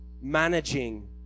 managing